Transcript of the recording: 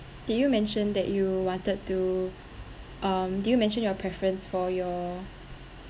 did you mention that you wanted to um did you mention your preference for your